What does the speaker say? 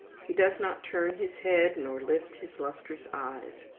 he does not turn his head, nor lift his lustrous eyes.